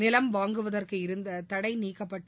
நிலம் வாங்குவதற்கு இருந்த தடை நீக்கப்பட்டு